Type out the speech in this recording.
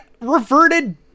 reverted